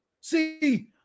See